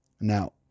Now